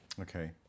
Okay